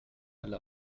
alle